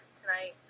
tonight